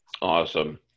Awesome